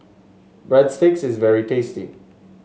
breadsticks is very tasty